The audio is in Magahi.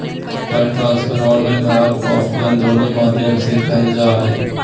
फंड ट्रांसफर ऑनलाइन आर ऑफलाइन दोनों माध्यम से करल जा हय